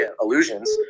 illusions